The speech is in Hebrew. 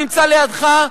שנמצא לידך,